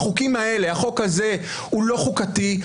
החוק הזה הוא לא חוקתי,